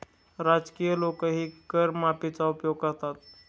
राजकीय लोकही कर माफीचा उपयोग करतात